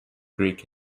greek